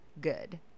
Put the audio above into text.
good